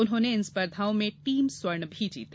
उन्होंने इन स्पर्धाओं में टीम स्वर्ण भी जीते